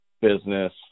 business